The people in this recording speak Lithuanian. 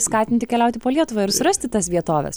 jį skatinti keliauti po lietuvą ir surasti tas vietoves